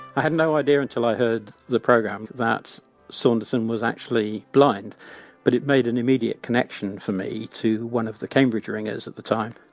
i had no idea, until i heard the programme, that sanderson was actually blind but it made an immediate connection for me to one of the cambridge ringers at the time,